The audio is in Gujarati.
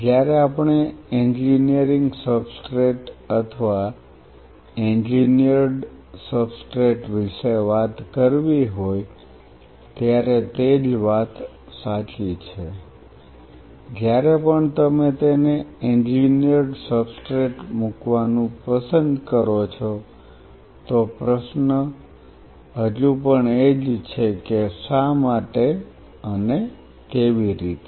જ્યારે આપણે એન્જિનિયરિંગ સબસ્ટ્રેટ અથવા એન્જિનિયર્ડ સબસ્ટ્રેટ વિશે વાત કરવી હોય ત્યારે તે જ વાત સાચી છે જ્યારે પણ તમે તેને એન્જિનિયર્ડ સબસ્ટ્રેટ મૂકવાનું પસંદ કરો છો તો પ્રશ્ન હજુ પણ એ જ છે કે શા માટે અને કેવી રીતે